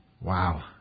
Wow